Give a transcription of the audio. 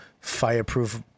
fireproof